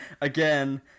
Again